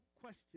question